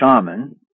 shaman